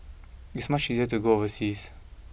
it's much easier to go overseas